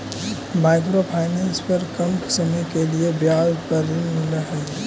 micro finance पर कम समय के लिए ब्याज पर ऋण मिलऽ हई